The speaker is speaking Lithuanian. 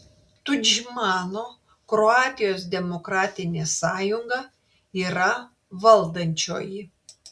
tudžmano kroatijos demokratinė sąjunga yra valdančioji